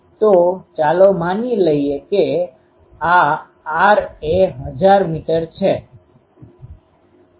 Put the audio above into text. તો ચાલો માની લઈએ કે આ r એ 1000 મીટર છે